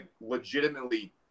legitimately